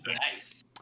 Nice